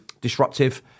disruptive